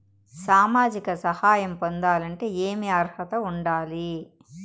సామాజిక సహాయం పొందాలంటే ఏమి అర్హత ఉండాలి?